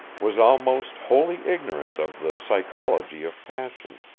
was almost wholly ignorant of the psychology of passion.